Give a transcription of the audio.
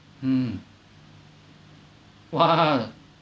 mm !wah!